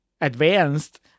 advanced